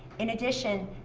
in addition,